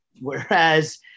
whereas